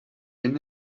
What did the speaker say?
این